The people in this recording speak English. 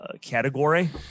category